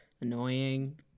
Annoying